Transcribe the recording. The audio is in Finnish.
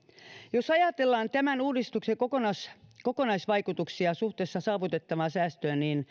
jos ajatellaan tämän uudistuksen kokonaisvaikutuksia suhteessa saavutettavaan säästöön niin